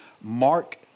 Mark